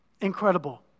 Incredible